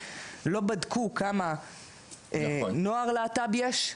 לא בדקו כמה נוער להט"ב יש,